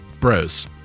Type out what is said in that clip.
bros